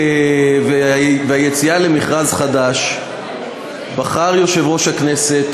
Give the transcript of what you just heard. והיציאה למכרז חדש בחר יושב-ראש הכנסת,